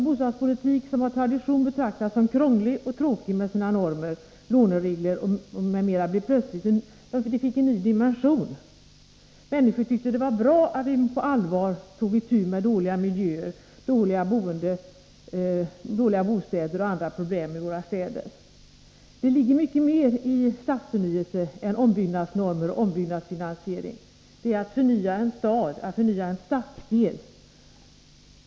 Bostadspolitiken, som av tradition betraktats som krånglig och tråkig med sina normer, låneregler m.m., fick plötsligt en ny dimension. Människor tyckte att det var bra att vi på allvar tog itu med dåliga bostäder, dåliga boendemiljöer och andra problem i våra städer. I begreppet stadsförnyelse ligger mycket mer än ombyggnadsnormer och ombyggnadsfinansiering. Det är att förnya en stad eller en stadsdel.